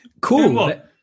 Cool